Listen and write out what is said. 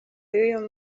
y’uyu